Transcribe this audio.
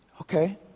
Okay